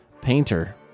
painter